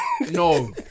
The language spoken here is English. No